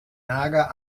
nager